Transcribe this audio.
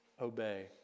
Obey